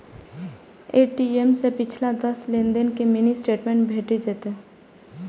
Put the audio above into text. ATM सं पिछला दस लेनदेन के मिनी स्टेटमेंट भेटि जायत